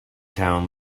town